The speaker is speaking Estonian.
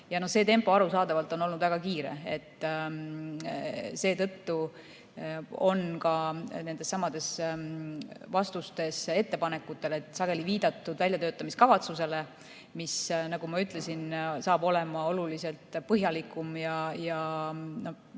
muuta. See tempo on arusaadavalt olnud väga kiire, seetõttu on ka nendessamades vastustes ettepanekutele sageli viidatud väljatöötamiskavatsusele, mis, nagu ma ütlesin, saab olema oluliselt põhjalikum ja